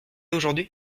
aujourd’hui